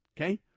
Okay